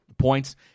points